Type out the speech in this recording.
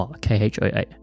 K-H-O-A